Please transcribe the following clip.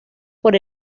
por